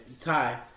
tie